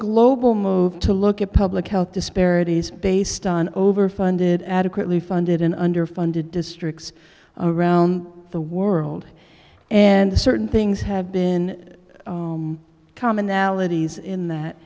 global move to look at public health disparities based on over funded adequately funded and underfunded districts around the world and certain things have been commonalities in that